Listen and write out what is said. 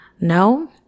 No